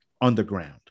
Underground